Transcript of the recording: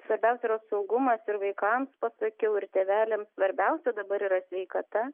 svarbiausia yra saugumas ir vaikams pasakiau ir tėveliams svarbiausia dabar yra sveikata